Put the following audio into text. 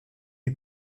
est